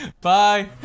bye